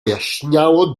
jaśniało